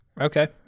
okay